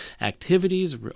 activities